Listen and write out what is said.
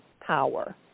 power